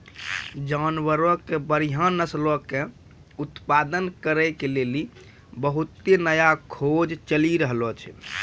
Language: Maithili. जानवरो के बढ़िया नस्लो के उत्पादन करै के लेली बहुते नया खोज चलि रहलो छै